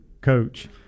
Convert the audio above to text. coach